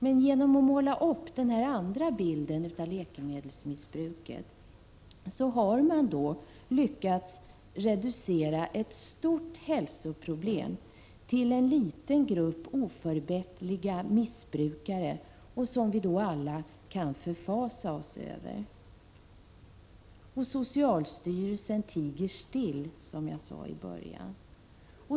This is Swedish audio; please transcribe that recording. Men genom att hålla upp den andra bilden av läkemedelsmissbruket har man lyckats reducera ett stort hälsoproblem till att gälla en liten grupp oförbätterliga missbrukare, som vi då alla kan förfasa oss över. Socialstyrelsen tiger still, som jag sade i början.